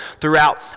throughout